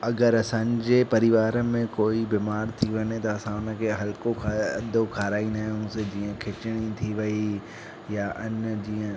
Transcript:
अगरि असांजे परिवार में कोई बीमार थी वञे त हुन खे हल्को खाधो खाराईदा आहियूं जीअं खिचड़ी थी वई या अन जीअं